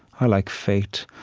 i like fate.